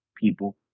People